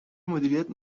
مدیریت